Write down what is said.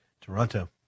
Toronto